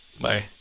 Bye